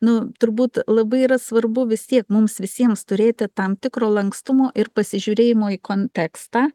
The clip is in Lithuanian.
nu turbūt labai yra svarbu vis tiek mums visiems turėti tam tikro lankstumo ir pasižiūrėjimo į kontekstą